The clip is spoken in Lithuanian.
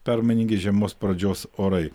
permainingi žiemos pradžios orai